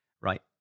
right